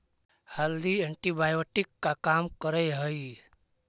हल्दी एंटीबायोटिक का काम करअ हई